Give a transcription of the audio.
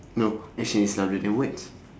no actions is louder than words